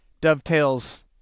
dovetails